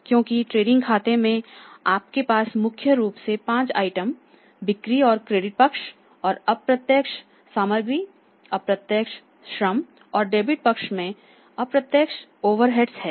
क्योंकि ट्रेडिंग खाते में आपके पास मुख्य रूप से 5 आइटम बिक्री और क्रेडिट पक्ष और प्रत्यक्ष सामग्री प्रत्यक्ष श्रम और डेबिट पक्ष में प्रत्यक्ष ओवरहेड्स हैं